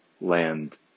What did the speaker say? land